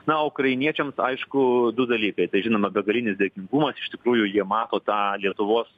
na ukrainiečiams aišku du dalykai tai žinoma begalinis dėkingumas iš tikrųjų jie mato tą lietuvos